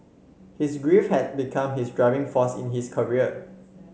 his grief had become his driving force in his career